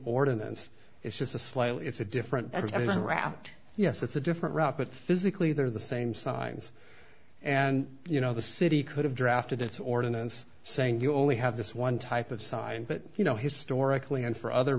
ordinance it's just a slightly it's a different i mean route yes it's a different route but physically they're the same size and you know the city could have drafted its ordinance saying you only have this one type of sign but you know historically and for other